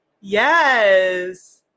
Yes